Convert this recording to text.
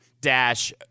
dash